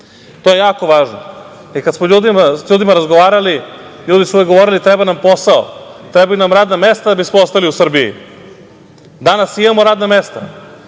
To je jako važno. Kad smo sa ljudima razgovarali, ljudi su uvek govorili „treba nam posao, trebaju nam radna mesta da bi smo ostali u Srbiji“. Danas imamo radna mesta,